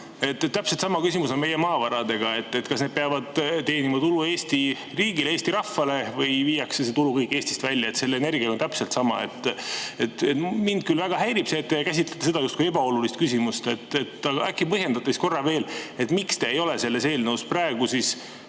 Täpselt sama küsimus on meie maavaradega, et kas need peavad teenima tulu Eesti riigile, Eesti rahvale, või viiakse see tulu kõik Eestist välja. Selle energiaga on täpselt sama. Mind küll väga häirib see, et te käsitlete seda justkui ebaolulist küsimust. Äkki põhjendate siis korra veel, miks te ei ole selles eelnõus praegu seda